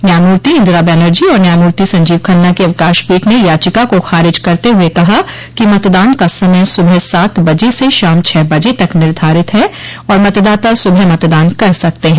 न्यायमूर्ति इंदिरा बैनर्जी और न्यायमूर्ति संजीव खन्ना की अवकाश पीठ ने याचिका को खारिज करते हुए कहा कि मतदान का समय सुबह सात बजे से शाम छह बजे तक निर्धारित है और मतदाता सुबह मतदान कर सकते हैं